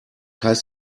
heißt